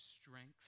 strength